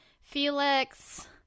Felix